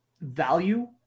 value